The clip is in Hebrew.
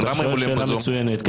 אתה שואל שאלה מצוינת.